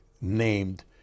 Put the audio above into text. named